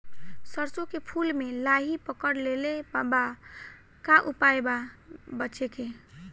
सरसों के फूल मे लाहि पकड़ ले ले बा का उपाय बा बचेके?